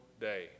day